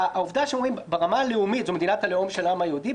אמרו שברמה הלאומית זו מדינת הלאום של העם היהודי,